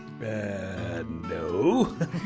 no